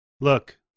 Look